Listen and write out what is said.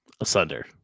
Asunder